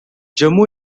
jammu